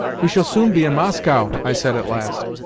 we shall soon be in moscow, i said at last.